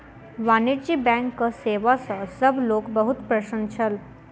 वाणिज्य बैंकक सेवा सॅ सभ लोक बहुत प्रसन्न छल